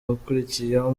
ukurikiyeho